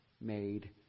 made